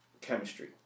chemistry